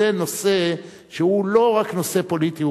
וזה נושא שהוא לא רק נושא פוליטי,